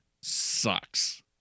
sucks